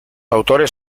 autores